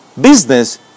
business